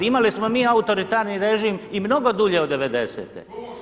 Imali smo mi autoritarni režim i mnogo dulje od '90.-te.